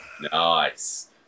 Nice